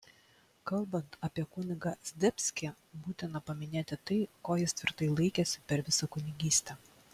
kalbant apie kunigą zdebskį būtina paminėti tai ko jis tvirtai laikėsi per visą kunigystę